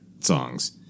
songs